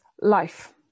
life